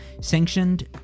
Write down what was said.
sanctioned